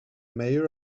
mayor